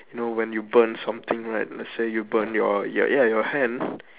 you know when you burn something right let's say you burn your ya your hand